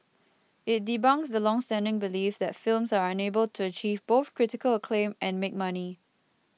it debunks the longstanding belief that films are unable to achieve both critical acclaim and make money